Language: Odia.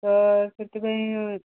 ତ ସେଥିପାଇଁ